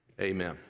Amen